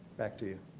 back to you.